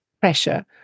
pressure